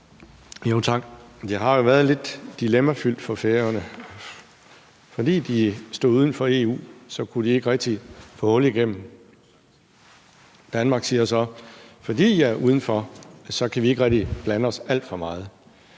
Det har jo været lidt dilemmafyldt for Færøerne. Fordi de stod uden for EU, kunne de ikke rigtig få hul igennem. Danmark siger så: Fordi I er udenfor, kan vi ikke rigtig blande os alt for meget.